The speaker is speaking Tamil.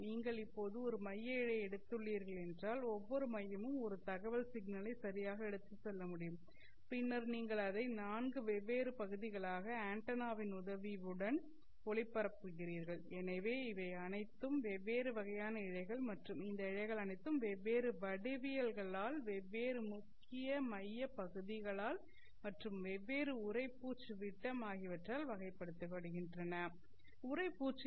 நீங்கள் இப்போது ஒரு மைய இழையை எடுத்துள்ளீர்கள்என்றால் ஒவ்வொரு மையமும் ஒரு தகவல் சிக்னலை சரியாக எடுத்துச் செல்ல முடியும் பின்னர் நீங்கள் அதை 4 வெவ்வேறு பகுதிகளாக ஆன்டென்னாவின் உதவியுடன் ஒளிபரப்புகிறீர்கள் எனவே இவை அனைத்தும் வெவ்வேறு வகையான இழைகள் மற்றும் இந்த இழைகள் அனைத்தும் வெவ்வேறு வடிவவியல்களால் வெவ்வேறு முக்கிய மையப் பகுதிகளால் மற்றும் வெவ்வேறு உறைப்பூச்சு விட்டம் ஆகியவற்றால்வகைப்படுத்தப்படுகின்றன உறைப்பூச்சு